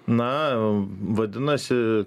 na vadinasi